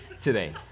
today